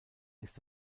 ist